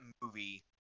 movie